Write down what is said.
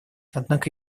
однако